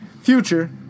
future